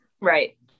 Right